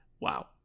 Wow